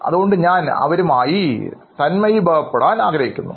അതുകൊണ്ട് ഞാൻ അവരുമായി താദാത്മ്യം പ്രാപിക്കാൻ ശ്രമിക്കുന്നു